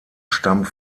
stammt